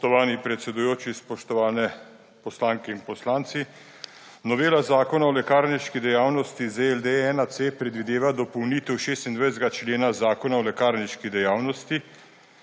Spoštovani predsedujoči, spoštovane poslanke in poslanci! Novela Zakon o lekarniški dejavnosti ZLD-1C predvideva dopolnitev 26. člena Zakona o lekarniški dejavnosti,